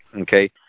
okay